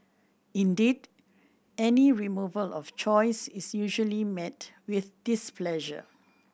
indeed any removal of choice is usually met with displeasure